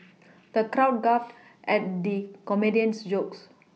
the crowd guffawed at the comedian's jokes